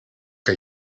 que